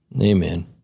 Amen